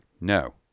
no